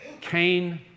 Cain